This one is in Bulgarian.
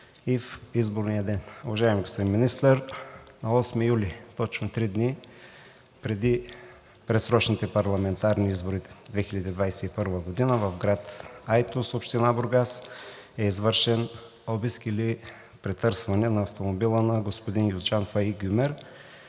и в изборния ден. Уважаеми господин Министър, на 8 юли, точно три дни преди предсрочните парламентарни избори 2021 г., в град Айтос, община Бургас, е извършен обиск или претърсване на автомобила на господин Юзджан Фаик Юмер,